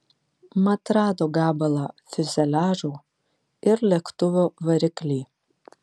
mat rado gabalą fiuzeliažo ir lėktuvo variklį